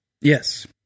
Yes